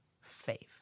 faith